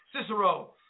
Cicero